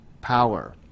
power